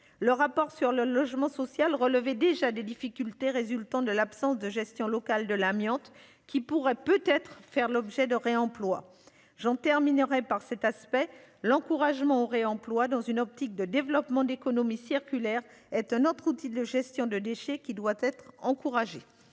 Le rapport sur le logement social relevait déjà des difficultés résultant de l'absence de gestion locale de l'amiante qui pourrait peut être faire l'objet de réemploi j'en terminerai par cet aspect l'encouragement au réemploi dans une optique de développement d'économie circulaire est un autre outil de gestion de déchets qui doit être encouragée.